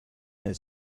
nel